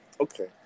Okay